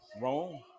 wrong